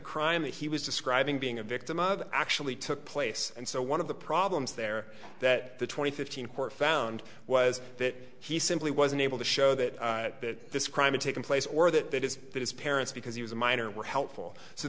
crime that he was describing being a victim of actually took place and so one of the problems there that the twenty fifteen court found was that he simply wasn't able to show that this crime in taking place or that that is that his parents because he was a minor were helpful so